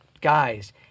guys